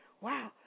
wow